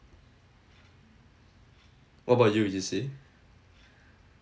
what about you yee-shi